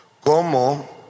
¿cómo